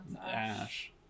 ash